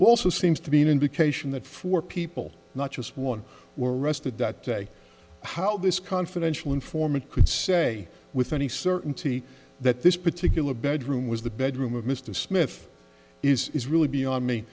also seems to be an indication that four people not just one were arrested that day how this confidential informant could say with any certainty that this particular bedroom was the bedroom of mr smith is is really beyond me